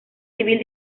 civil